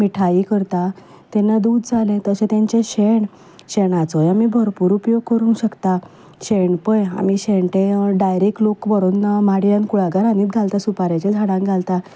मिठाइ करता तेन्ना दूद जालें तशें तेंचें शेण शेणाचोय आमी भरपूर उपयोग करूंक शकतात शेण पळय आमी शेण तें डायरेक्ट लोक व्हरून माड्यांत कुळागरांनी घालतात सुपाऱ्यांचे झाडांक घालता